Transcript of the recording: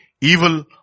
evil